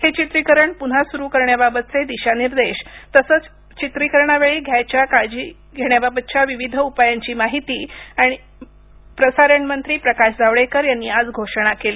हे चित्रीकरण प्न्हा स्रू करण्याबाबतचे दिशानिर्देश तसंच चित्रीकरणावेळी घ्यावयाच्या काळजी घेण्याबाबतच्या विविध उपायांची माहिती आणि प्रसारण मंत्री प्रकाश जावडेकर यांनी आज घोषणा केली